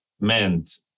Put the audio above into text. meant